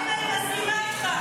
אני מסכימה איתך.